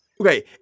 Okay